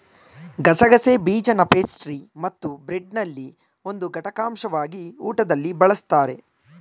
ಗಸಗಸೆ ಬೀಜನಪೇಸ್ಟ್ರಿಮತ್ತುಬ್ರೆಡ್ನಲ್ಲಿ ಒಂದು ಘಟಕಾಂಶವಾಗಿ ಊಟದಲ್ಲಿ ಬಳಸ್ತಾರೆ